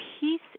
peace